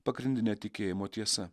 pagrindine tikėjimo tiesa